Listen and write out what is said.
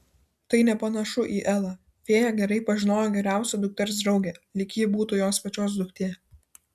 tai nepanašu į elą fėja gerai pažinojo geriausią dukters draugę lyg ji būtų jos pačios duktė